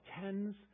tens